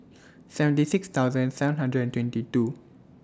seventy six thousand seven hundred and twenty two